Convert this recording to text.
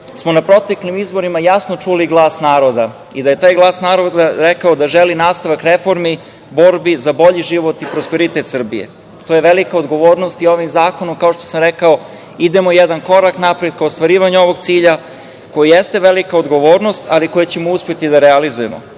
smo na proteklim izborima jasno čuli glas naroda i da je taj glas naroda rekao da želi nastavak reformi, borbi za bolji život i prosperitet Srbije. To je velika odgovornost i ovim zakonom, kao što sam rekao idemo jedan korak napred ka ostvarivanju ovog cilja, koji jeste velika odgovornost, ali koju ćemo uspeti da realizujemo. Takođe,